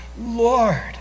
Lord